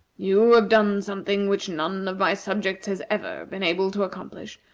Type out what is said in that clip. you have done something which none of my subjects has ever been able to accomplish,